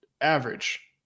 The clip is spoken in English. average